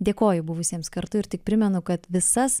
dėkoju buvusiems kartu ir tik primenu kad visas